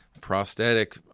prosthetic